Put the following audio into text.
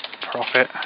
profit